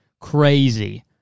Crazy